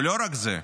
ולא רק זה,